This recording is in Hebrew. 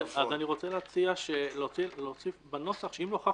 אני רוצה להציע להוסיף בנוסח: "אם נוכח